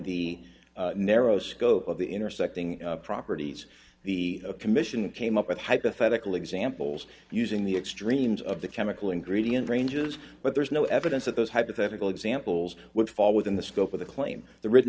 the narrow scope of the intersecting properties the commission came up with hypothetical examples using the extremes of the chemical ingredient ranges but there's no evidence that those hypothetical examples would fall within the scope of the claim the written